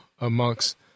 amongst